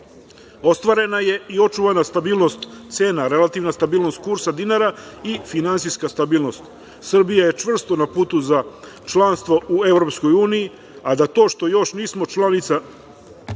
Ostvarena je i očuvana stabilnost cena, relativna stabilnost kursa dinara i finansijska stabilnost. Srbija je čvrsto na putu za članstvo u EU, a da to što još nismo članica